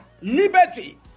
liberty